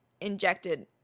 injected